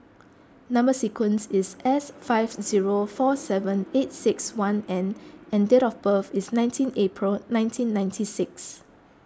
Number Sequence is S five zero four seven eight six one N and date of birth is nineteen April nineteen ninety six